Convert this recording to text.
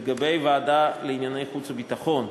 לגבי הוועדה לענייני חוץ וביטחון,